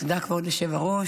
תודה, כבוד היושב-ראש.